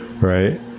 right